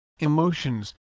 emotions